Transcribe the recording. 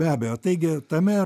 be abejo taigi tame